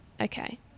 Okay